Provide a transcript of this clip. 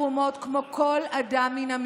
או לקבוצה מצומצמת שהוא נמנה עליה,